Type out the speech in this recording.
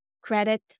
Credit